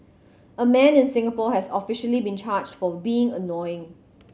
a man in Singapore has officially been charged for being annoying